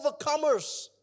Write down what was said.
overcomers